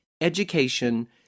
education